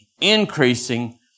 increasing